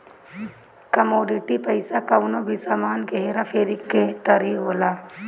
commodity पईसा कवनो भी सामान के हेरा फेरी के तरही होला